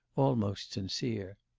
almost insincere.